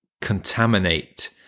contaminate